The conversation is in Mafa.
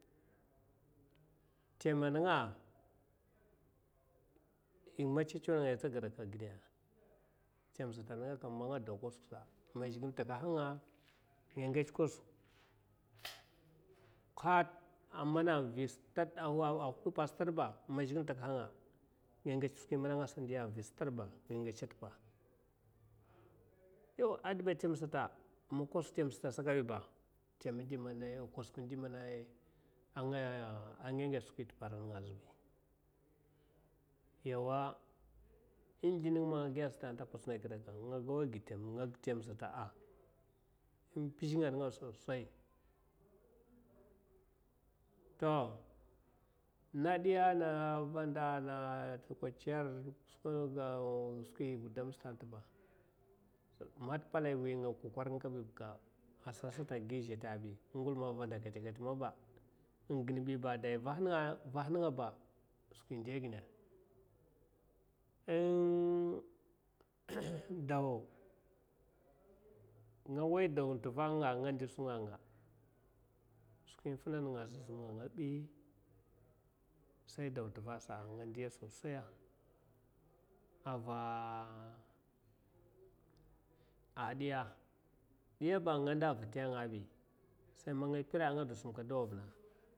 Tema ninga in matsa tsawa’a ngaya tagedaka, a gida tem sata man nga da ai kwasaksa man zhiklu in takanha ngai nga ngats kwasak kat amana’ a. vi stad a hud pats stadba nga ngats skwi mena a ngasa ndiya. a avi sata man kwasak tem sata kabiba tem di mana kwasak indi mena a nga ngats skwi intippa ninga azibi yawa in sldin nga man nga giya sata ta a patsuna a gida kekka nga gawa a gid tem nga ga tam nga gi tem sata’a in pizh nga ninga a sosai to na diya a na randa ana ta kwatsar skwi nga go skwi in gudum sata man ta pale wunga kwakwar nga kabi bika a sat sata agi zheta’abi in nguluma vanda keta keta maba ha ginbiba dai vahninga, vah ningaba skwi ndi gina ai ing daw skwi nga a nga skwi in fina a ninga simnga azib said aw t’va’ asa nga ndiya’a sosai ya ava adiya, diyaba nga ndaya a rat a ngabi sai man nga pira a nga du simkad dawana.